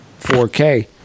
4k